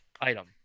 item